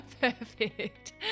Perfect